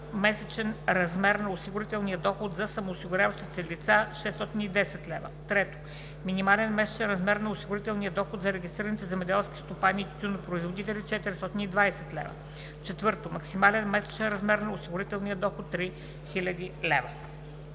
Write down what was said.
минимален месечен размер на осигурителния доход за самоосигуряващите се лица – 610 лв.; 3. минимален месечен размер на осигурителния доход за регистрираните земеделски стопани и тютюнопроизводители – 420 лв.; 4. максимален месечен размер на осигурителния доход – 3000 лв.“